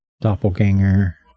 doppelganger